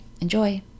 enjoy